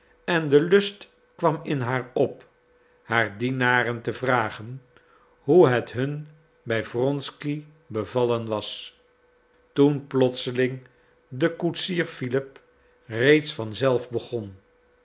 en de lust kwam in haar op haar dienaren te vragen hoe het hun bij wronsky bevallen was toen plotseling de koetsier philip reeds van zelf begon